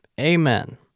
amen